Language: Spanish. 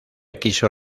quiso